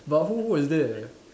but who who is there